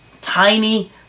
Tiny